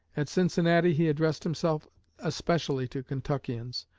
at cincinnati he addressed himself especially to kentuckians,